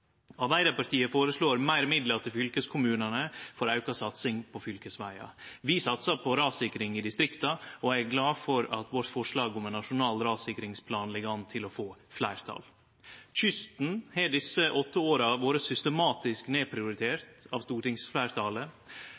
Arbeidarpartiet føreslår fleire midlar til fylkeskommunane for ei auka satsing på fylkesvegane. Vi satsar på rassikring i distrikta, og eg er glad for at forslaget vårt om ein nasjonal rassikringsplan ligg an til å få fleirtal. Kysten har desse åtte åra vore systematisk nedprioritert av stortingsfleirtalet.